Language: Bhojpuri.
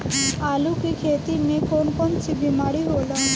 आलू की खेती में कौन कौन सी बीमारी होला?